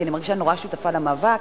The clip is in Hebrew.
כי אני מרגישה נורא שותפה למאבק,